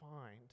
find